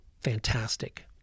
fantastic